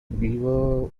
beaver